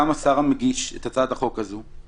גם השר המגיש את הצעת החוק הזאת.